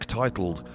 titled